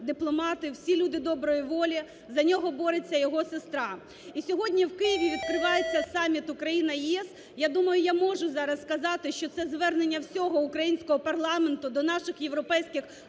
дипломати, всі люди доброї волі, за нього бореться його сестра. І сьогодні в Києві відкривається Саміт "Україна – ЄС". Я думаю, я можу зараз сказати, що це звернення всього українського парламенту до наших європейських